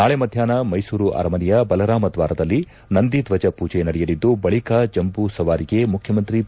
ನಾಳೆ ಮಧ್ಯಾಹ್ನ ಮೈಸೂರು ಅರಮನೆಯ ಬಲರಾಮ ದ್ವಾರದಲ್ಲಿ ನಂದಿಧ್ವಜ ಪೂಜೆ ನಡೆಯಲಿದ್ದು ಬಳಿಕ ಜಂಬೂ ಸವಾರಿಗೆ ಮುಖ್ಯಮಂತ್ರಿ ಬಿ